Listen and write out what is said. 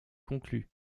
conclu